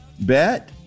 bet